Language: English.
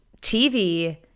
TV